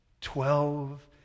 Twelve